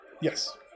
Yes